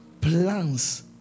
plans